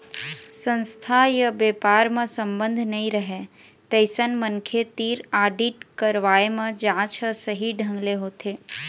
संस्था य बेपार म संबंध नइ रहय तइसन मनखे तीर आडिट करवाए म जांच ह सही ढंग ले होथे